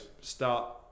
start